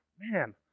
man